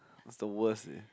that's the worst eh